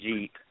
Jeep